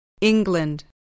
England